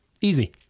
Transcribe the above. Easy